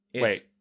wait